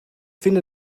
finde